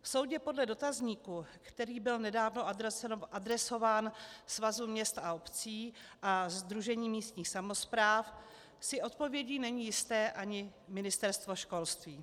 Soudě podle dotazníku, který byl nedávno adresován Svazu měst a obcí a Sdružení místních samospráv, si odpovědí není jisté ani Ministerstvo školství.